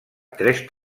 tres